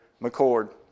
McCord